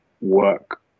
work